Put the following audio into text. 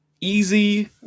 easy